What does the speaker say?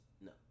no